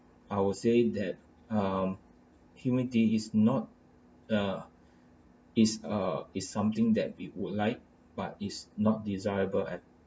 I would say that um humility is not a is uh is something that we would like but is not desirable at